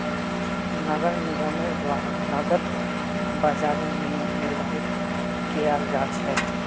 नगर निगमेर द्वारा नकद बाजारेर नियम निर्धारित कियाल जा छेक